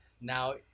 now